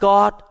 God